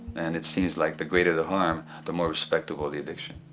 and it seems like the greater the harm the more respectable the addiction.